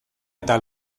eta